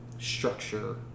structure